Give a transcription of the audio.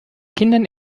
kindern